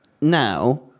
now